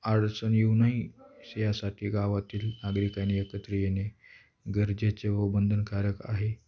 अडचण येऊ नये श यासाठी गावातील नागरिकाने एकत्र येणे गरजेचे व बंधनकारक आहे